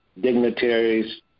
dignitaries